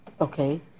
Okay